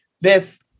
this-